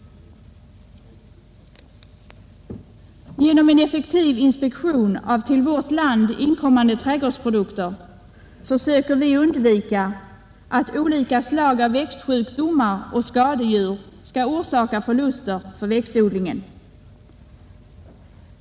Genom en effektiv inspektion av till vårt land inkommande trädgårdsprodukter försöker vi undvika att olika slag av växtsjukdomar och skadedjur orsakar förluster för växtodlingen.